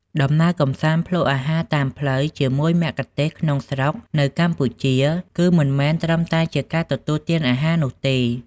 ដំណើរកម្សាន្តភ្លក្សអាហារតាមផ្លូវជាមួយមគ្គុទ្ទេសក៍ក្នុងស្រុកនៅកម្ពុជា គឺមិនមែនត្រឹមតែជាការទទួលទានអាហារនោះទេ